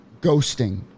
ghosting